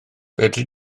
fedri